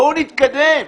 בואו נתקדם.